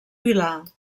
vilar